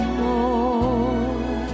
more